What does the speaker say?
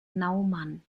naumann